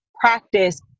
practice